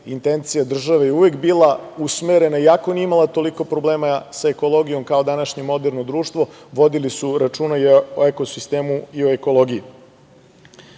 intencija države je uvek bila usmerena, iako nije imala toliko problema sa ekologijom kao današnje moderno društvo, vodili su računa i o ekosistemu i o ekologiji. Ono